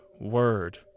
word